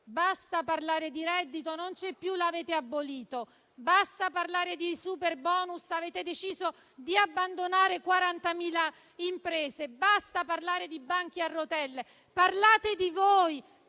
Basta parlare di reddito: non c'è più, l'avete abolito. Basta parlare di superbonus: avete deciso di abbandonare 40.000 imprese. Basta parlare di banchi a rotelle; parlate di voi,